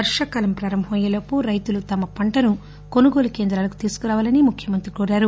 వర్షాకాలం ప్రారంభమయ్యేలోపు రైతులు తమ పంటను కొనుగోలు కేంద్రాలకు తీసుకురావాలని ముఖ్యమంత్రి కోరారు